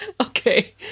Okay